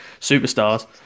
superstars